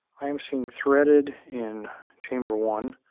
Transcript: i am seeing threaded in chamber one,